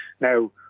Now